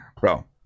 bro